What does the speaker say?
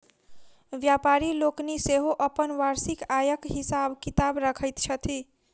व्यापारि लोकनि सेहो अपन वार्षिक आयक हिसाब किताब रखैत छथि